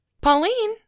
Pauline